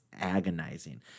agonizing